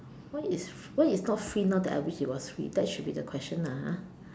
why is what is not free now that I wish it was free that should be the question lah ha